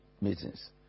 meetings